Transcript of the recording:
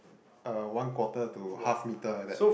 uh one quarter to half meter like that